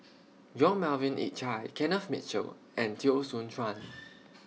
Yong Melvin Yik Chye Kenneth Mitchell and Teo Soon Chuan